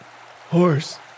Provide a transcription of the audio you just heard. horse